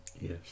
Yes